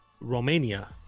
Romania